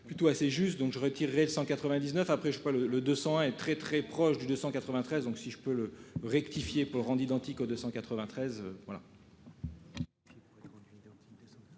Plutôt assez juste donc je retirerais 199 après je crois le, le 200 très très proche du 293 donc si je peux le rectifier pour rendent identique aux 293 voilà.